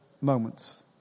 moments